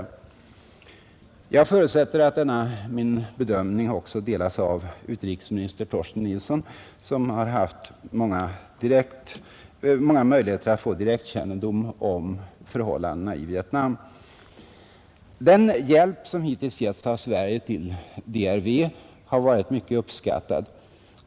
Jag förutsätter att denna min bedömning också delas av utrikesminister Torsten Nilsson, som har haft många möjligheter att få direktkännedom om förhållandena i Vietnam. Den hjälp som hittills givits av Sverige till DRV har varit mycket uppskattad.